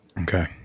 Okay